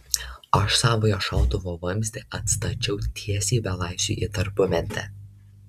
aš savojo šautuvo vamzdį atstačiau tiesiai belaisviui į tarpumentę